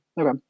Okay